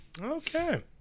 Okay